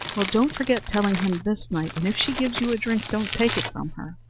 well, don't forget telling him this night and if she gives you a drink, don't take it from her.